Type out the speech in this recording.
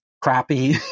crappy